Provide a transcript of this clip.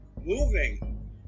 moving